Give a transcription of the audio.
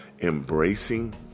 embracing